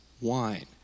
wine